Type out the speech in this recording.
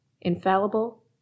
infallible